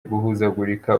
guhuzagurika